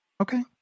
Okay